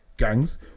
Gangs